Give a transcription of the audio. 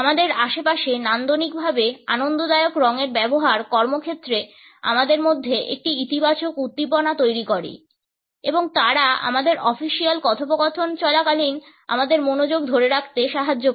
আমাদের আশেপাশে নান্দনিকভাবে আনন্দদায়ক রঙের ব্যবহার কর্মক্ষেত্রে আমাদের মধ্যে একটি ইতিবাচক উদ্দীপনা তৈরি করে এবং তারা আমাদের অফিসিয়াল কথোপকথন চলাকালীন আমাদের মনোযোগ ধরে রাখতে সাহায্য করে